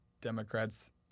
Democrats